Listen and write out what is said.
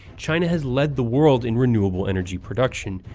china has led the world in renewable energy production,